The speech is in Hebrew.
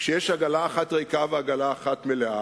כשיש עגלה אחת ריקה ועגלה אחת מלאה,